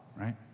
right